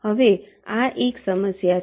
હવે આ એક સમસ્યા છે